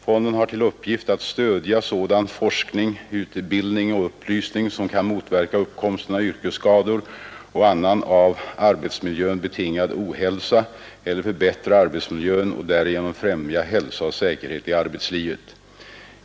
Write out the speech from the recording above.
Fonden har till uppgift att stödja sådan forskning, utbildning och upplysning som kan motverka uppkomsten av yrkesskador och annan av arbetsmiljön betingad ohälsa eller förbättra arbetsmiljön och därigenom främja hälsa och säkerhet i arbetslivet.